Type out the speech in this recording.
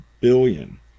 billion